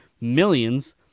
millions